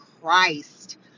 Christ